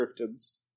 cryptids